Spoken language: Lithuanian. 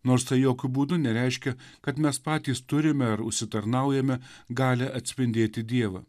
nors tai jokiu būdu nereiškia kad mes patys turime ar užsitarnaujame galią atspindėti dievą